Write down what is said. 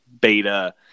beta